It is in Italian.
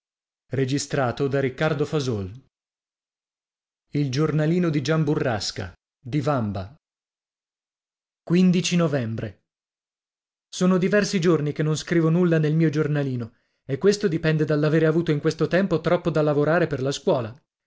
e io a ora a e a novembre sono diversi giorni che non scrivo nulla nel mio giornalino e questo dipende dall'avere avuto in questo tempo troppo da lavorare per la scuola